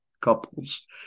couples